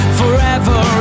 forever